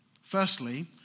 Firstly